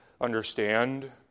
understand